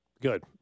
Good